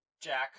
Jack